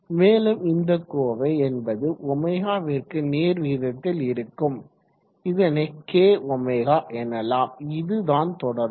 மேலும் இந்த கோவை என்பது ɷ விற்கு நேர் விகிதத்தில் இருக்கும் இதனை kɷ எனலாம் இதுதான் தொடர்பு